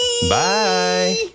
Bye